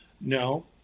No